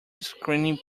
screening